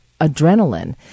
adrenaline